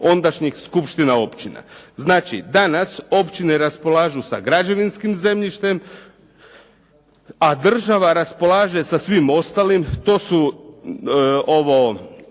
ondašnjih skupština općina. Znači danas općine raspolažu sa građevinskim zemljištem, a država raspolaže sa svim ostalim, to su ovo